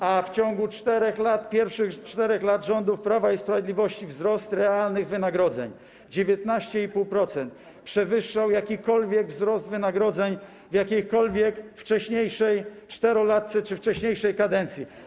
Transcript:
A w ciągu 4 lat, pierwszych 4 lat rządów Prawa i Sprawiedliwości, nastąpił wzrost realnych wynagrodzeń - 19,5%, przewyższał jakikolwiek wzrost wynagrodzeń w jakiejkolwiek wcześniejszej czterolatce czy wcześniejszej kadencji.